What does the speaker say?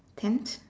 tent